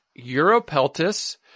Europeltis